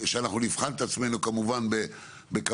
כשאנחנו נבחן את עצמנו כמובן בכמות